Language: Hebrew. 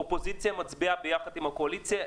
האופוזיציה מצביעה יחד עם הקואליציה.